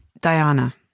Diana